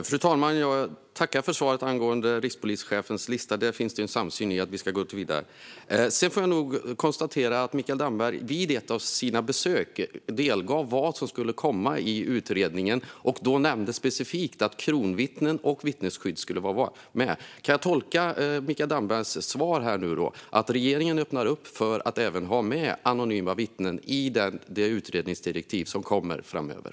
Fru talman! Jag tackar för svaret angående rikspolischefens lista. Där finns en samsyn om att vi ska gå vidare. Sedan får jag nog konstatera att Mikael Damberg vid ett av sina besök delgav vad som skulle komma i utredningen och då nämnde specifikt att kronvittnen och vittnesskydd skulle vara med. Kan jag tolka Mikael Dambergs svar här så att regeringen öppnar upp för att även ha med anonyma vittnen i det utredningsdirektiv som kommer framöver?